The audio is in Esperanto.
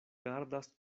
gardas